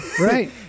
right